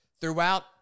throughout